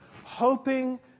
hoping